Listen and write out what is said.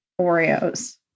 Oreos